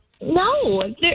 No